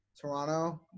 Toronto